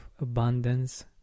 abundance